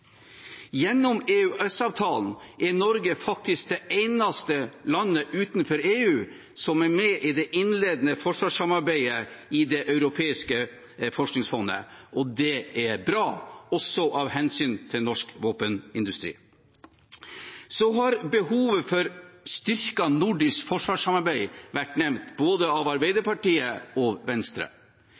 Gjennom EØS-avtalen er Norge faktisk det eneste landet utenfor EU som er med i det innledende forsvarssamarbeidet i Det europeiske forskningsfondet. Det er bra, også av hensyn til norsk våpenindustri. Behovet for et styrket nordisk forsvarssamarbeid har vært nevnt, både av Arbeiderpartiet og Venstre.